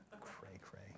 Cray-cray